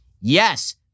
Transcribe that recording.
Yes